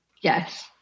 yes